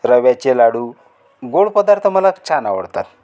रव्याचे लाडू गोड पदार्थ मला छान आवडतात